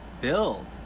build